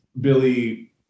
Billy